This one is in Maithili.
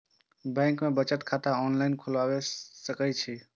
बैंक में बचत खाता ऑनलाईन खोलबाए सके छी?